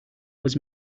was